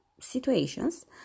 situations